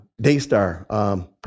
Daystar